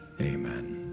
Amen